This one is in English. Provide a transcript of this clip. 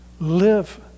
live